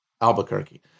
Albuquerque